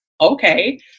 okay